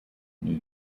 new